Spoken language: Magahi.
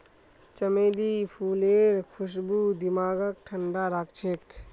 चमेली फूलेर खुशबू दिमागक ठंडा राखछेक